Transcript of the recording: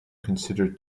consider